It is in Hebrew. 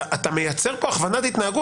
אתה מייצר פה הכוונת התנהגות,